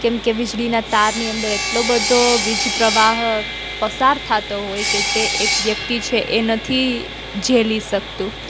કેમ કે વીજળીનાં તારની અંદર એટલો બધો વીજ પ્રવાહ પસાર થતો હોય કે તે એક વ્યક્તિ છે એ નથી ઝેલી શકતું